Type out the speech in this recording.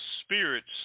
spirits